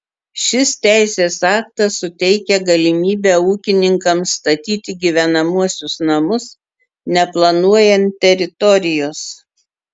šis teisės aktas suteikia galimybę ūkininkams statyti gyvenamuosius namus neplanuojant teritorijos